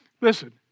Listen